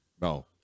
No